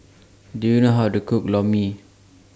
Do YOU know How to Cook Lor Mee